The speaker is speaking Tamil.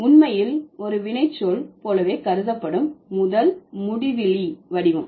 உண்மையில் ஒரு வினைச்சொல் போலவே கருதப்படும் 'முதல்' முடிவிலி வடிவம்